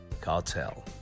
cartel